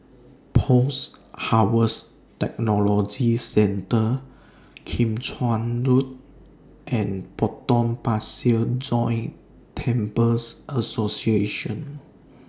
Post Harvest Technology Centre Kim Chuan Road and Potong Pasir Joint Temples Association